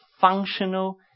functional